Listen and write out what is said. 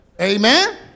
Amen